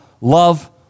love